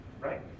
Right